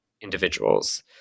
individuals